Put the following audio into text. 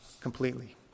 completely